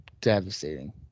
devastating